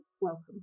welcome